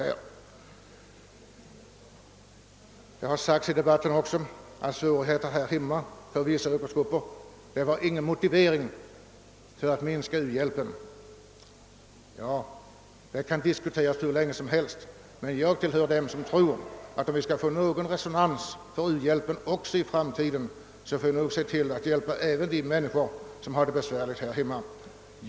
Det har vidare sagts i debatten att svårigheter här hemma för vissa yrkesgrupper inte är någon motivering för att minska u-hjälpen. Det kan naturligtvis diskuteras, men jag tillhör dem som tror att om vi skall få någon resonans för u-hjälpen också i framtiden måste vi hjälpa även de människor som har det besvärligt här hemma.